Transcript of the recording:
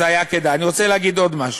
אז היה כדאי, אני רוצה להגיד עוד משהו: